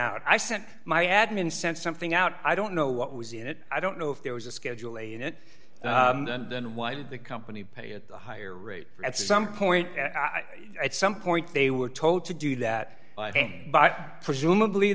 out i sent my admin send something out i don't know what was in it i don't know if there was a schedule a unit and then why did the company pay at the higher rate at some point at some point they were told to do that by presumably